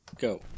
go